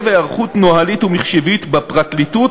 בהיערכות נוהלית ומחשבית בפרקליטות,